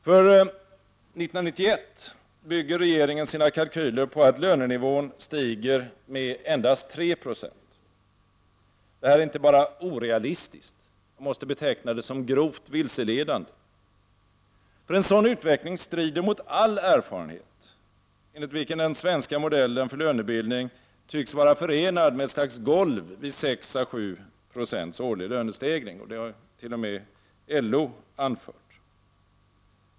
För 1991 bygger regeringen sina kalkyler på att lönenivån skall stiga med endast 3 20. Detta är inte bara orealistiskt, utan man måste beteckna det som grovt vilseledande. En sådan utveckling strider mot all erfarenhet, enligt vilken den svenska modellen för lönebildning tycks vara förenad med ett slags golv med 6—7 90 årlig lönestegring. Det har t.o.m. LO anfört.